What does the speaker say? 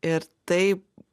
ir taip